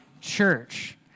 church